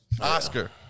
Oscar